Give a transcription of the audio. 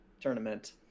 tournament